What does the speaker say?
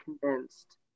convinced